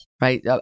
right